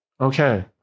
Okay